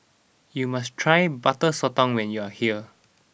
you must try Butter Sotong when you are here